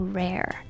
rare